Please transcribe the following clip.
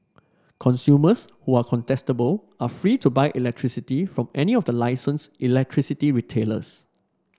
consumers who are contestable are free to buy electricity from any of the license electricity retailers